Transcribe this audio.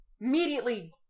immediately